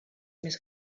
més